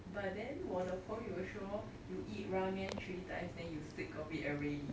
but then 我的朋友说 you eat ramen three times then you sick of it already